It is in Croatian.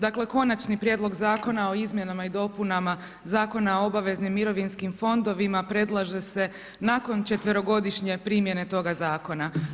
Dakle, Konačnim prijedlog zakona o izmjenama i dopunama Zakona o obaveznim mirovinskim fondovima predlaže se nakon četverogodišnje primjene toga zakona.